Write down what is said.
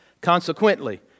Consequently